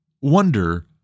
wonder